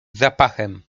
zapachem